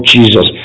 Jesus